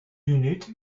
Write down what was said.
unit